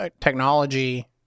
technology